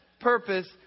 purpose